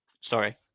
sorry